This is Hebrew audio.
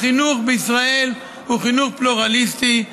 החינוך בישראל הוא חינוך פלורליסטי,